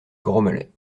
grommelait